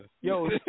Yo